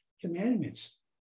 Commandments